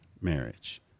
marriage